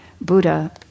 Buddha